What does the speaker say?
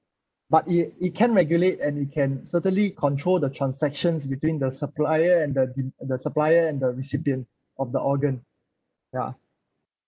but it it can regulate and you can certainly control the transactions between the supplier and the de~ the supplier and the recipient of the organ ya